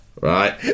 right